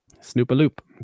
Snoop-a-loop